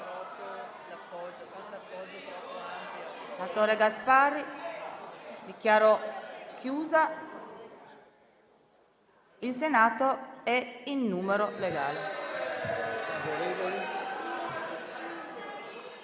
Il Senato non è in numero legale.